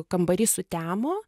kambary sutemo